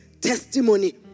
testimony